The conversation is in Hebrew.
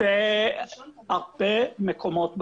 בהרבה מקומות בעולם,